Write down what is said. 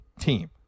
team